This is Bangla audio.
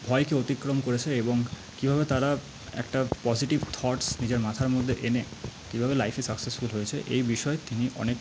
ভয়কে অতিক্রম করেছে এবং কীভাবে তারা একটা পজিটিভ থটস নিজের মাথার মধ্যে এনে কীভাবে লাইফে সাকসেসফুল হয়েছে এই বিষয়ে তিনি অনেক